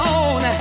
on